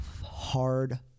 hard